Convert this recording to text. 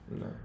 No